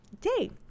Day